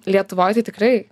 lietuvoj tai tikrai